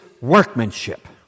workmanship